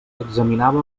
examinava